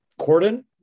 Corden